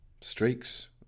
Streaks